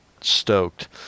stoked